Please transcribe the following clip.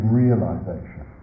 realisation